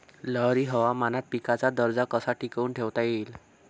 लहरी हवामानात पिकाचा दर्जा कसा टिकवून ठेवता येईल?